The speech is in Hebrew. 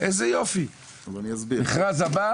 איזה יופי, מרכז הבא